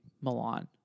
Milan